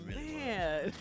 man